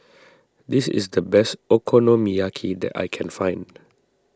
this is the best Okonomiyaki that I can find